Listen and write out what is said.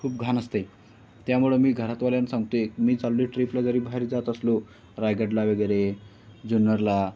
खूप घाण असते त्यामुळं मी घरातवाल्याना सांगते मी चाललो आहे ट्रीपला जरी बाहेर जात असलो रायगडला वगैरे जुन्नरला